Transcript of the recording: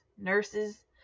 nurses